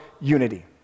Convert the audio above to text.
unity